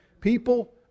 People